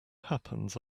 happens